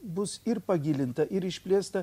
bus ir pagilinta ir išplėsta